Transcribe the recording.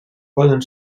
poden